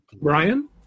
Brian